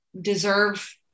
deserve